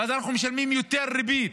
ואז אנחנו משלמים יותר ריבית.